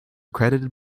credited